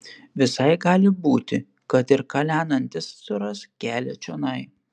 visai gali būti kad ir kalenantis suras kelią čionai